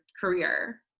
Career